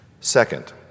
Second